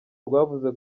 rwavuze